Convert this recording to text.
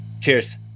Cheers